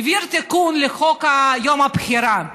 העביר תיקון לחוק יום הבחירה,